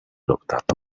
locked